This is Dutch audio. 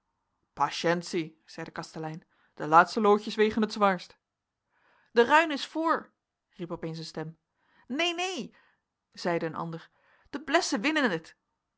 zei de kastelein de laatste loodjes wegen het zwaarst de ruin is voor riep opeens een stem neen neen zeide een ander de blessen winnen het